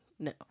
No